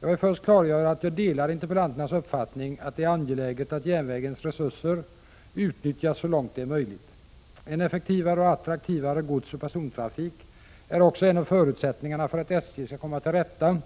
Jag vill först klargöra att jag delar interpellanternas uppfattning att det är angeläget att järnvägens resurser utnyttjas så långt det är möjligt. En effektivare och attraktivare godsoch persontrafik är också en av förutsättningarna för att SJ skall komma till rätta